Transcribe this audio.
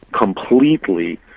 completely